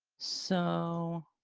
so